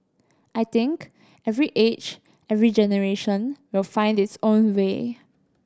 I think every age every generation will find its own way